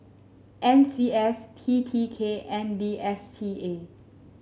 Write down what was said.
N C S T T K and D S T A